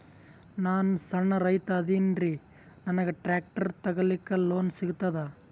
ನಾನ್ ಸಣ್ ರೈತ ಅದೇನೀರಿ ನನಗ ಟ್ಟ್ರ್ಯಾಕ್ಟರಿ ತಗಲಿಕ ಲೋನ್ ಸಿಗತದ?